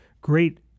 great